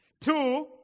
Two